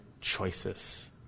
choices